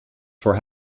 for